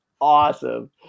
Awesome